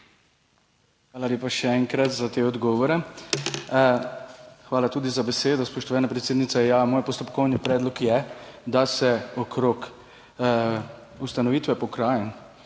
Hvala lepa še enkrat za te odgovore. Hvala tudi za besedo, spoštovana predsednica. Moj postopkovni predlog je, da se o ustanovitvi pokrajin